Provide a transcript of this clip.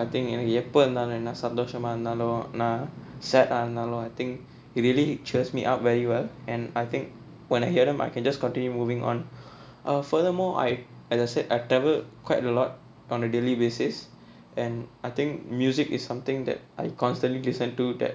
I think எனக்கு எப்ப இருந்தாலும் என்ன சந்தோஷமா இருந்தாலும் நா:enakku eppa irunthaalum enna santhoshamaa irunthaalum naa sad இருந்தாலும்:irunthaalum I think it really cheers me up very well and I think when I hear them I can just continue moving on uh furthermore I as I said I've traveled quite a lot on a daily basis and I think music is something that I constantly listen to that